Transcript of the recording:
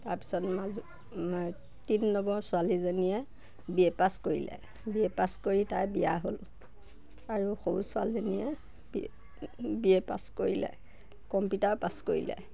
তাৰপিছত মাজু তিনি নম্বৰ ছোৱালীজনীয়ে বি এ পাছ কৰিলে বি এ পাছ কৰি তাই বিয়া হ'ল আৰু সৰু ছোৱালীজনীয়ে বি এ পাছ কৰিলে কম্পিউটাৰো পাছ কৰিলে